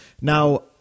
Now